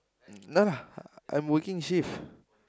no lah I'm working shift